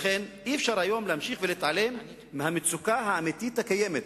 לכן אי-אפשר היום להמשיך ולהתעלם מהמצוקה האמיתית הקיימת.